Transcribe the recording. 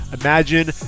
Imagine